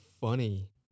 funny